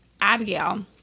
abigail